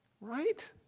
Right